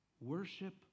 worship